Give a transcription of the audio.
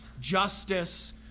justice